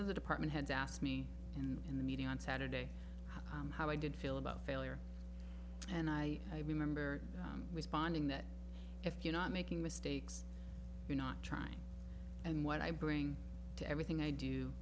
of the department heads asked me in the meeting on saturday how i did feel about failure and i remember responding that if you're not making mistakes you're not trying and what i bring to everything i do